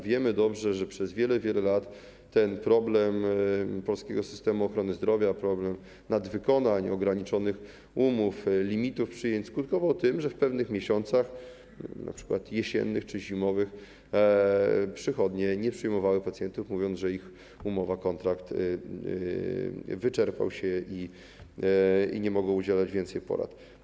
Wiemy dobrze, że przez wiele, wiele lat problem polskiego systemu ochrony zdrowia, problem nadwykonań, ograniczonych umów, limitów przyjęć, skutkował tym, że w pewnych miesiącach, np. jesiennych czy zimowych, przychodnie nie przyjmowały pacjentów, mówiąc, że ich umowa, kontrakt wyczerpał się i nie mogą udzielać więcej porad.